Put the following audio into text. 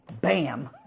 Bam